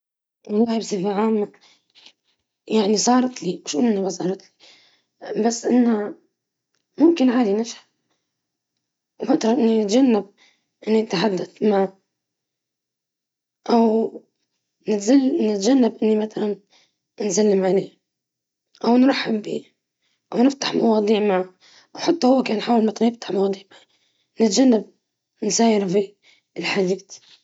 نعم، قد تظاهرت في بعض الأحيان بأنني لم أرَ شخصًا معينًا، لكي أتجنب التعامل معه.